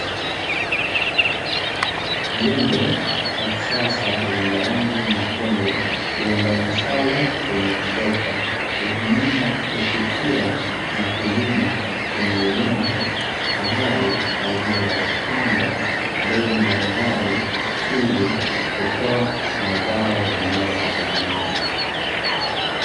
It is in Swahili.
Jembe la kisasa lenye rangi nyekundu, liunganishwalo kwenye trekta. Hutumika kutifua na kulima kwenye udongo, tayari kwa ajili ya kupandwa mbegu mbalimbali ili kutoa mazao yanayohitajika.